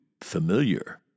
familiar